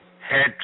head